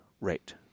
rate